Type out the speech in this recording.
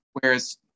Whereas